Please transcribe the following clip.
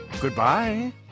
Goodbye